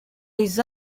les